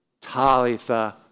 Talitha